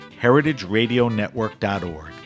heritageradionetwork.org